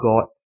God